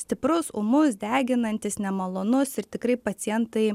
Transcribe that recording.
stiprus ūmus deginantis nemalonus ir tikrai pacientai